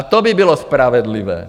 To by bylo spravedlivé.